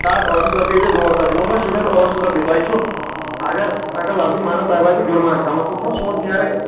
ٲٹھ شَتھ رۄپیہِ ہیٚتِو تۄہہِ دۄہس نہ تِمَن مہ شوٗبٮ۪ن ٲٹھ شَتھ رۄپیہِ تۄہہِ چھُو اگر اگر لفظی مانَن تۄہہِ واتِوٕ جُرمان کمَس کم چھُنہ سونچُن یارٕ